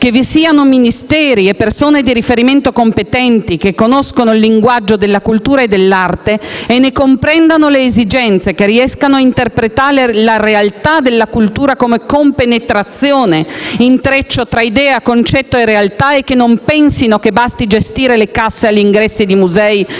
che vi siano Ministeri e persone di riferimento competenti, che conoscano il linguaggio della cultura e dell'arte e ne comprendano le esigenze, che riescano a interpretare la realtà della cultura come compenetrazione, intreccio tra idea, concetto e realtà e che non pensino che basti gestire le casse agli ingressi di musei,